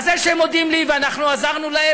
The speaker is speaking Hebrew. אז זה שהם מודים לי ואנחנו עזרנו להם,